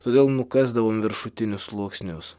todėl nukasdavom viršutinius sluoksnius